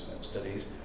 studies